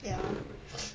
ya